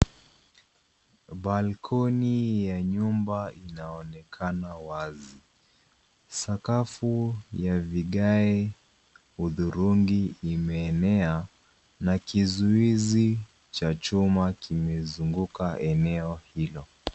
Balcony ya nyumba inaonekana wazi. Sakafu ya vigae hudhurungi imeenea na kizuizi cha chuma kimezunguka eneo hilo.